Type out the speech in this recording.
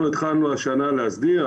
אנחנו התחלנו השנה להסדיר.